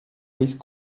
risque